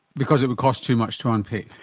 because it would cost too much to unpick.